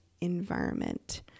environment